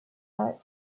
earth